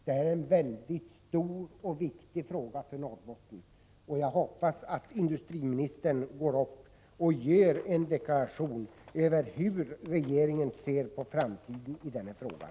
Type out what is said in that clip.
Detta är en stor och viktig fråga för Norrbotten, och jag hoppas att industriministern går upp och gör en deklaration om hur regeringen ser på framtiden i den här frågan.